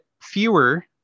fewer